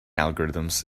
algorithms